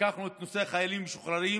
לקחנו את נושא החיילים המשוחררים,